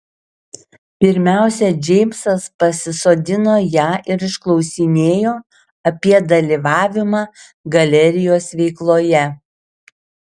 pirmiausia džeimsas pasisodino ją ir išklausinėjo apie dalyvavimą galerijos veikloje